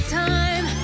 time